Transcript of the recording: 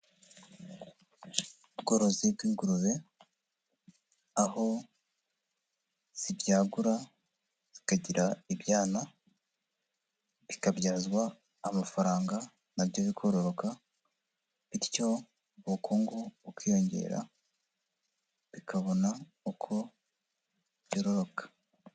Ubworozi bw'ingurube aho, zibyagura zikagira ibyana, bikabyazwa amafaranga, na byo bikororoka, bityo ubukungu bukiyongera, bikabona uko byororoka.